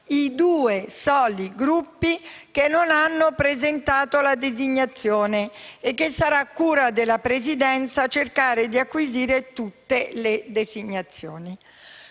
i due soli Gruppi che non hanno presentato le designazioni» e che «sarà cura della Presidenza cercare di acquisire tutte le designazioni».